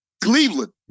Cleveland